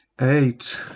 Eight